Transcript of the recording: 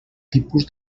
tipus